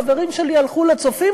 חברים שלי הלכו ל"צופים",